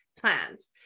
plans